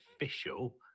official